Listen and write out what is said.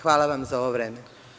Hvala vam za ovo vreme.